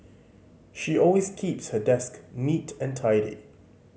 she always keeps her desk neat and tidy